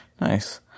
Nice